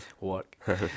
work